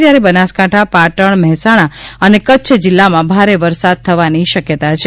જયારે બનાસકાંઠા પાટણ મહેસાણા અને કચ્છ જિલ્લામાં ભારે વરસાદ થવાની શક્યતા છે